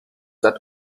that